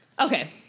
Okay